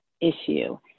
issue